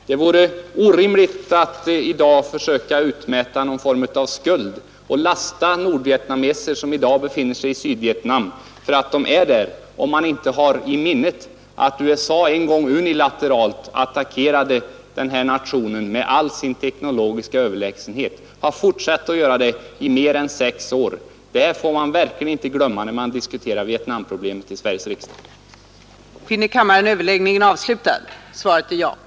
Det vore orimligt att i dag försöka utmäta någon form av skuld och lasta nordvietnameser som i dag befinner sig i Sydvietnam för att de är där, om man inte har i minnet att USA en gång unilateralt attackerade Nordvietnam med all sin teknologiska överlägsenhet och fortsatt att göra det under mer än sex år. Det får man verkligen inte glömma när man diskuterar Vietnamproblemet i Sveriges riksdag. I så fall debatterar man i ett vakuum, och debatten blir utan värde. att motverka arbetslösheten bland ungdom